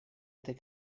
этой